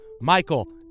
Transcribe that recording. Michael